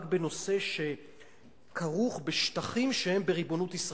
בנושא שכרוך בשטחים שהם בריבונות ישראל.